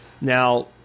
Now